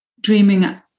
dreaming